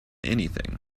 anything